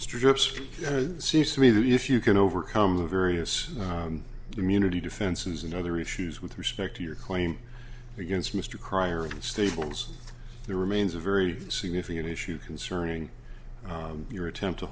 strip's seems to me that if you can overcome the various community defenses and other issues with respect to your claim against mr cryer stables there remains a very significant issue concerning your attempt to